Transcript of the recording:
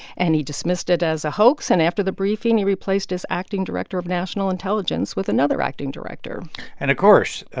and he dismissed it as a hoax. and after the briefing, he replaced his acting director of national intelligence with another acting director and, of course,